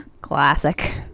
Classic